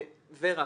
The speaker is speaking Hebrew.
ור"ה,